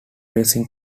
racing